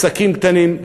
עסקים קטנים,